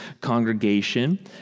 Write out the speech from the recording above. congregation